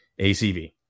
ACV